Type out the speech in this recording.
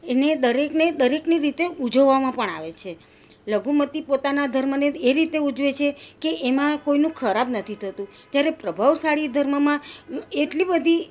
એને દરેકને દરેકની રીતે ઉજવવામાં પણ આવે છે લઘુમતી પોતાના ધર્મને એ રીતે ઉજવે છે કે એમાં કોઈનું ખરાબ નથી થતું જ્યારે પ્રભાવશાળી ધર્મમાં એટલી બધી